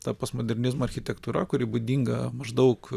ta postmodernizmo architektūra kuri būdinga maždaug